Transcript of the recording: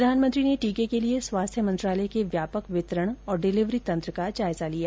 प्रधानमंत्री ने टीके के लिए स्वास्थ्य मंत्रालय के व्यापक वितरण और डिलिवरी तंत्र का जायजा लिया